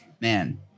Man